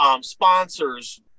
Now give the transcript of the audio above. sponsors